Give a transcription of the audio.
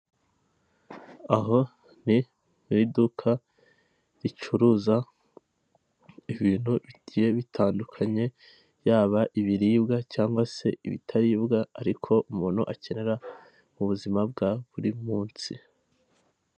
Iduka ricuruza ibintu bitandukanye umuntu yakifashisha mu kwambara harimo impeta ,amaherena, ubukomo, shanete bya zahabu cyangwa diyama .